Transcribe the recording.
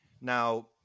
now